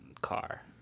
Car